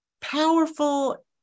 powerful